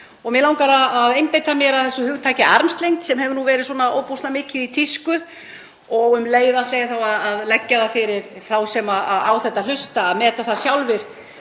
Mig langar að einbeita mér að þessu hugtaki, armslengd, sem hefur verið svona ofboðslega mikið í tísku. Um leið ætla ég að leggja það fyrir þá sem á þetta hlusta að meta það sjálfir